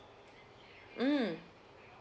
mm